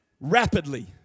rapidly